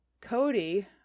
cody